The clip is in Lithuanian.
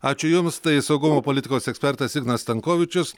ačiū jums tai saugumo politikos ekspertas ignas stankovičius